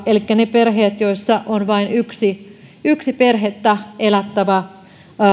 elikkä ne perheet joissa on vain yksi yksi perhettä elättävä